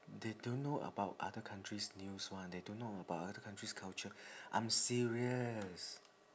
they don't know about other countries news one they don't know about other countries culture I'm serious